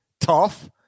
tough